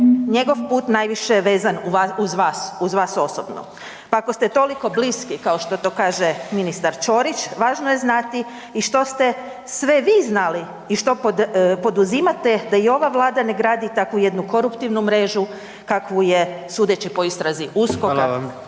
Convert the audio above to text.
njegov put najviše vezan uz vas, uz vas osobno. Pa ako ste toliko bliski kao što to kaže ministar Ćorić, važno je znati i što ste sve vi znali i što poduzimate da i ova vlada ne gradi takvu jednu koruptivnu mrežu kakvu je, sudeći po istrazi USKOK-a,